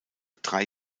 drei